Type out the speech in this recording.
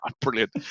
brilliant